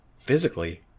physically